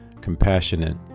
compassionate